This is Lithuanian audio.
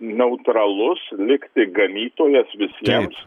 neutralus likti ganytojas visiems